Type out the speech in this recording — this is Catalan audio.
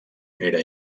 era